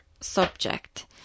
subject